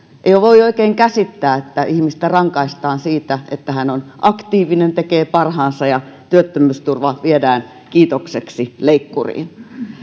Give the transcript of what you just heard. ei voi oikein käsittää että ihmistä rankaistaan siitä että hän on aktiivinen ja tekee parhaansa ja työttömyysturva viedään kiitokseksi leikkuriin